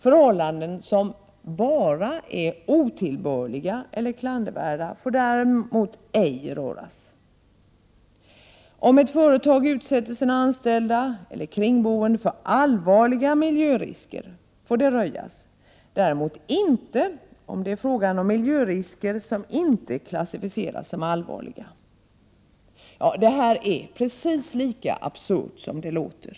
Förhållanden som ”bara” är otillbörliga eller klandervärda får däremot ej röjas. Om ett företag utsätter sina anställda eller kringboende för allvarliga miljörisker får det röjas, däremot inte om det är fråga om miljörisker som inte klassificeras som allvarliga. Det här är precis lika absurt som det låter.